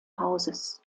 hauses